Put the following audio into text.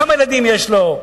כמה ילדים יש לו,